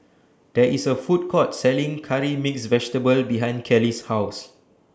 There IS A Food Court Selling Curry Mixed Vegetable behind Kellie's House